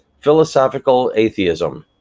philosophical atheism,